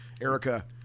Erica